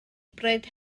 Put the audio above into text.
bryd